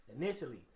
Initially